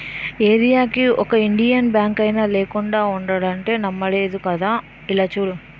ఏరీయాకి ఒక ఇండియన్ బాంకైనా లేకుండా ఉండదంటే నమ్మలేదు కదా అలా చూడు